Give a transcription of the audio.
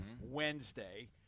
Wednesday